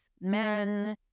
men